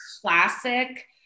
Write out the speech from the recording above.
classic